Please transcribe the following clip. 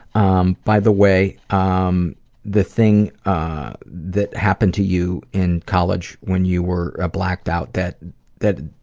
um by the way, um the thing ah that happened to you in college when you were blacked out, that that